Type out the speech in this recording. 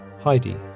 Heidi